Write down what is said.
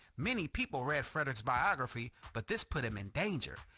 many people read fredrick's biography, but this put him in danger,